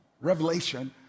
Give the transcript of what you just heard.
Revelation